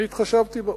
אני התחשבתי בו.